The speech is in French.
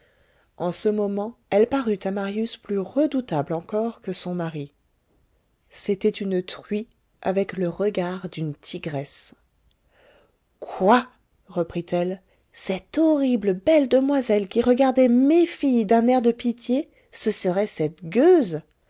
en ce moment elle parut à marius plus redoutable encore que son mari c'était une truie avec le regard d'une tigresse quoi reprit-elle cette horrible belle demoiselle qui regardait mes filles d'un air de pitié ce serait cette gueuse